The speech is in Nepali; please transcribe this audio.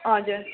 हजुर